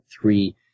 three